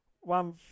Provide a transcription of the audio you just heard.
One